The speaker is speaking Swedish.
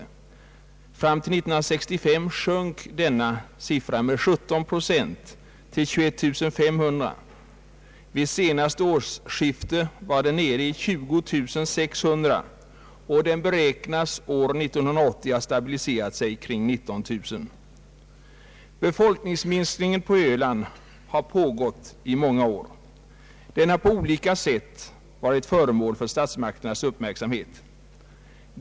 Fram till år 1965 sjönk denna siffra med 17 procent till 21 500, vid senaste årsskiftet var den nere i 20 600, och den beräknas år 1980 ha stabiliserat sig kring 19 000. Befolkningsminskningen på öland har pågått många år. Den har på olika sätt varit föremål för statsmakternas uppmärksamhet.